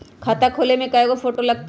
खाता खोले में कइगो फ़ोटो लगतै?